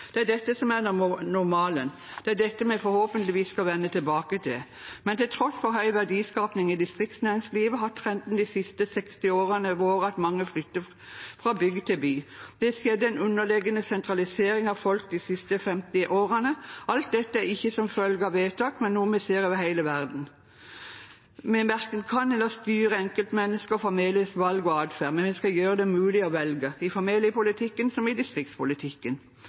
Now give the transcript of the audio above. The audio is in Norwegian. Det er dette som er normalen, det er dette vi forhåpentligvis skal vende tilbake til, men til tross for høy verdiskaping i distriktsnæringslivet har trenden de siste 60 årene vært at mange flytter fra bygd til by. Det har skjedd en underliggende sentralisering av folk de siste 50 årene. Alt dette er ikke som følge av vedtak, men noe vi ser over hele verden. Vi verken kan eller skal styre enkeltmenneskers og familiers valg og atferd, men vi skal gjøre det mulig å velge, i familiepolitikken som i distriktspolitikken.